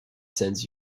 sends